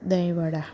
દહીં વડા